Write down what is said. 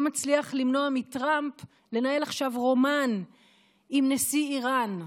מצליח למנוע מטראמפ לנהל עכשיו רומן עם נשיא איראן.